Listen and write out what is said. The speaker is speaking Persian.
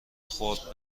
خورد